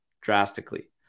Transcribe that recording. drastically